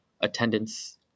attendance